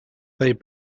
they